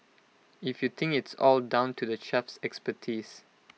if you think it's all down to the chef's expertise